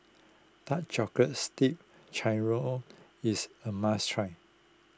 Dark Chocolates Dipped Churro is a must try